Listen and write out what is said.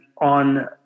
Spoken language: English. on